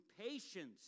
patience